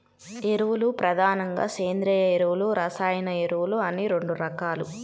ఎరువులు ప్రధానంగా సేంద్రీయ ఎరువులు, రసాయన ఎరువులు అని రెండు రకాలు